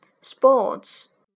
Sports